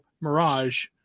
Mirage